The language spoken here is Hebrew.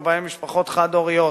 ובהן משפחות חד-הוריות,